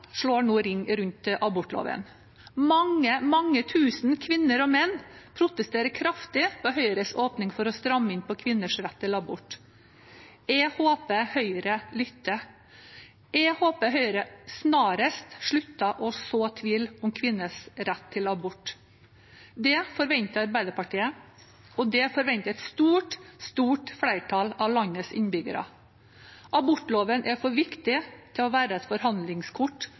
slår nå ring rundt abortloven. Mange tusen kvinner og menn protesterer kraftig på Høyres åpning for å stramme inn på kvinners rett til abort. Jeg håper Høyre lytter. Jeg håper Høyre snarest slutter å så tvil om kvinners rett til abort. Det forventer Arbeiderpartiet, og det forventer et stort flertall av landets innbyggere. Abortloven er for viktig til å være et forhandlingskort